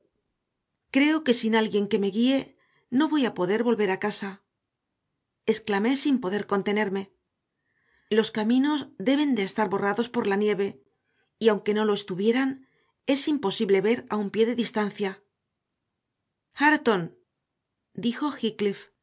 creo que sin alguien que me guíe no voy a poder volver a casa exclamé sin poder contenerme los caminos deben de estar borrados por la nieve y aunque no lo estuvieran es imposible ver a un pie de distancia hareton dijo